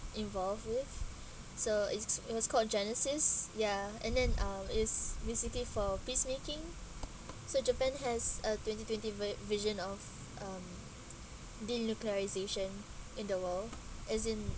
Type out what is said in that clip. involved with so it's it was called genesis ya and then um is basically for peacemaking so japan has a twenty-twenty vi~ vision of um denuclearisation in the world as in